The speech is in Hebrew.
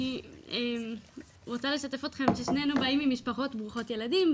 אני רוצה לשתף אתכם ששנינו באים ממשפחות ברוכות ילדים,